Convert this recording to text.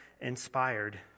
inspired